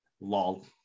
Lol